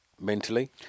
Mentally